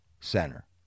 Center